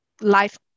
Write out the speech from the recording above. Life